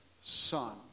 son